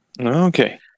Okay